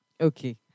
Okay